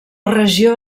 regió